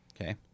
Okay